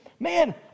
Man